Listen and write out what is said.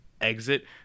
exit